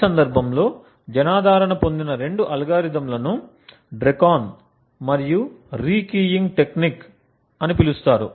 ఈ సందర్భంలో జనాదరణ పొందిన రెండు అల్గోరిథంలను DRECON మరియు రీకీయింగ్ టెక్నిక్ అని పిలుస్తారు